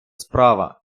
справа